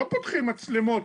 לא פותחים מצלמות,